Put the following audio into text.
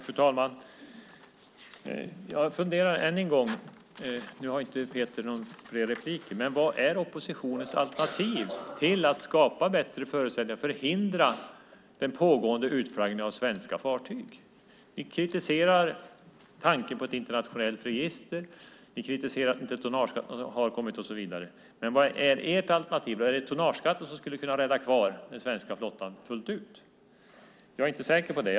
Fru talman! Jag funderar än en gång på följande: Vad är oppositionens alternativ till att skapa bättre förutsättningar och förhindra den pågående utflaggningen av svenska fartyg? Jag vet att Peter Pedersen inte har några fler repliker. Ni kritiserar tanken på ett internationellt register, ni kritiserar att tonnageskatten inte har kommit och så vidare. Men vad är ert alternativ? Är det tonnageskatten som skulle kunna rädda kvar den svenska flottan fullt ut? Jag är inte säker på det.